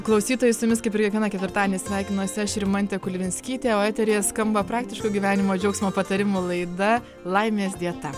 klausytojai su jumis kaip ir kiekvieną ketvirtadienį sveikinuosi aš rimantė kulvinskytė o eteryje skamba praktiško gyvenimo džiaugsmo patarimų laida laimės dieta